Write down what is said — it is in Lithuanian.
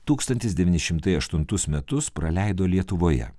tūkstantis devyni šimtai aštuntus metus praleido lietuvoje